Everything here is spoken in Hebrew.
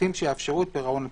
כספים שיאפשרו את פירעון השיק."